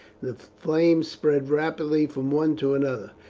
the flames spread rapidly from one to another.